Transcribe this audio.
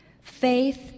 Faith